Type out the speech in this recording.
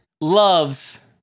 loves